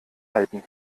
halten